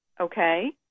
okay